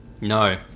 No